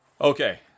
Okay